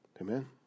Amen